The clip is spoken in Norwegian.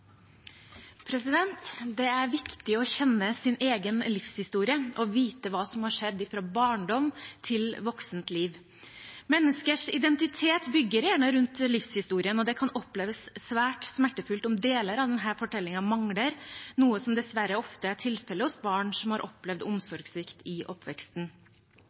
Det er viktig å kjenne sin egen livshistorie og vite hva som har skjedd fra barndom til voksent liv. Menneskers identitet bygges gjerne rundt livshistorien, og det kan oppleves svært smertefullt om deler av denne fortellingen mangler, noe som dessverre ofte er tilfellet hos barn som har opplevd omsorgssvikt i oppveksten.